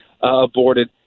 aborted